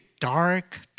dark